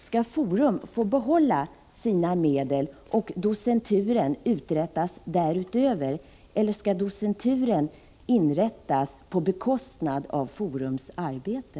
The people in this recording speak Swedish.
Skall Forum få behålla sina medel och docenturen inrättas dessutom, eller skall docenturen inrättas på bekostnad av Forums arbete?